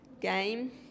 game